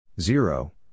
zero